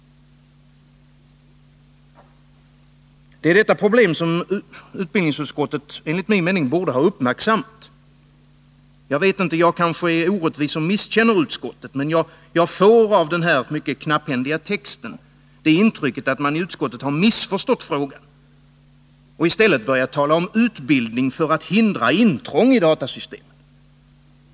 Det är detta problem som utbildningsutskottet enligt min mening borde ha uppmärksammat. Jag kanske är orättvis och misskänner utskottet, men jag får av den mycket knapphändiga texten intrycket att man i utskottet har missförstått frågan och i stället börjat tala om utbildning för att hindra intrång i datasystemen.